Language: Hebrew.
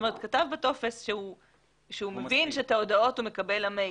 כתב בטופס שהוא מבין שאת ההודעות הוא מקבל למייל.